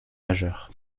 majeur